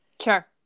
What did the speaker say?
Sure